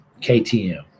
KTM